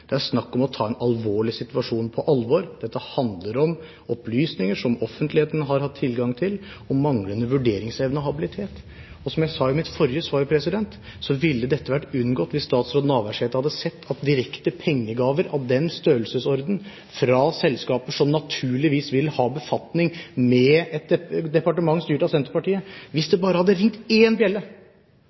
Det er snakk om å ta en alvorlig situasjon på alvor. Dette handler om opplysninger som offentligheten har hatt tilgang til om manglende vurderingsevne og habilitet. Som jeg sa i mitt forrige svar, ville dette vært unngått hvis statsråd Navarsete hadde sett at direkte pengegaver i den størrelsesorden fra selskaper som naturligvis vil ha befatning med et departement styrt av Senterpartiet – hvis det bare hadde ringt én bjelle,